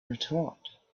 retort